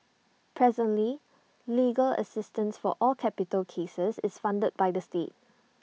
presently legal assistance for all capital cases is funded by the state